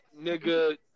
nigga